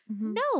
No